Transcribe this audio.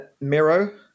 Miro